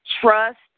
trust